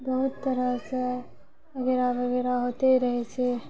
बहुत तरहसँ वगैरह वगैरह होइते रहै छै